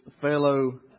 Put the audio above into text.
fellow